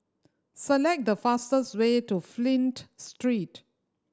select the fastest way to Flint Street